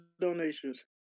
donations